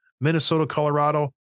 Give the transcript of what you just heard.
Minnesota-Colorado